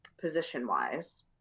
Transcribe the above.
position-wise